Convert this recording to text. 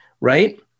right